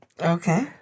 Okay